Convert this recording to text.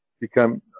become